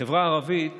החברה הערבית